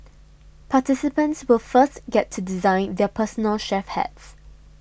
participants will first get to design their personal chef hats